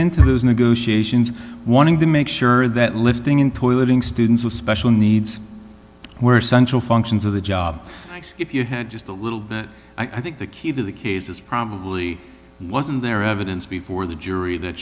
into those negotiations wanting to make sure that lifting in toileting students with special needs were central functions of the job if you had just a little bit i think the key to the case is probably wasn't there evidence before the jury that